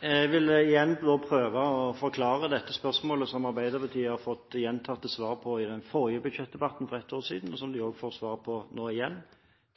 Jeg er verken høy eller mørk, så det går helt fint! Jeg vil igjen få lov å prøve å forklare dette spørsmålet som Arbeiderpartiet har fått gjentatte svar på, i den forrige budsjettdebatten for ett år siden, og som de også får svar på nå igjen.